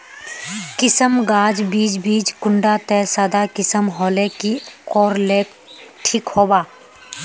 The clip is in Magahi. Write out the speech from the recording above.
किसम गाज बीज बीज कुंडा त सादा किसम होले की कोर ले ठीक होबा?